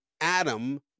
Adam